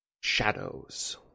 shadows